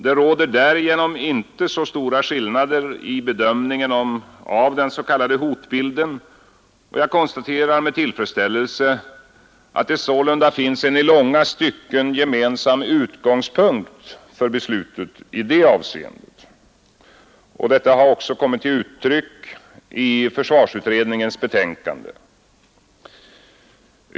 Det råder därigenom inte så stora skillnader i bedömningen av den s.k. hotbilden, och jag konstaterar med tillfredsställelse att det sålunda finns en i långa stycken gemensam utgångspunkt för beslutet i det avseendet. Detta har också kommit till uttryck i försvarsutredningens betänkande.